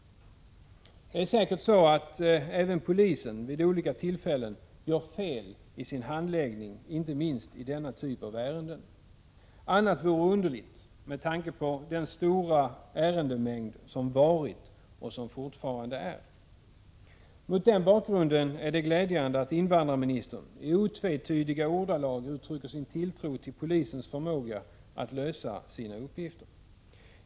Säkert gör även polisen vid olika tillfällen fel i sin handläggning, inte minst när det gäller denna typ av ärenden. Annat vore underligt med tanke på den stora ärendemängd som funnits och fortfarande finns. Mot denna bakgrund är det glädjande att invandrarministern i otvetydiga ordalag uttrycker sin tilltro till polisens förmåga att lösa sina uppgifter.